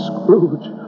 Scrooge